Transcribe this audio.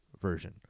version